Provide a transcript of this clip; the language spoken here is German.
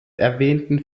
erwähnten